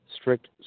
strict